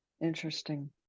Interesting